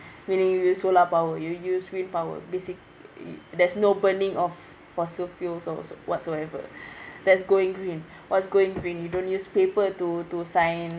meaning you use solar power you use wind power basic you there's no burning of fossil fuels or so whatsoever that's going green what's going green you don't use paper to to sign